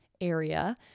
area